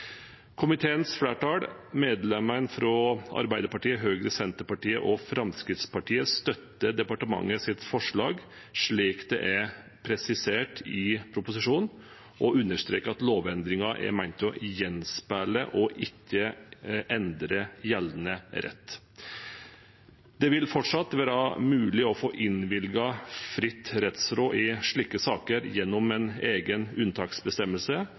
Komiteens flertall, medlemmene fra Arbeiderpartiet, Høyre, Senterpartiet og Fremskrittspartiet, støtter departementets forslag slik det er presisert i proposisjonen, og understreker at lovendringen er ment å gjenspeile og ikke endre gjeldende rett. Det vil fortsatt være mulig å få innvilget fritt rettsråd i slike saker gjennom en egen unntaksbestemmelse,